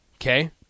Okay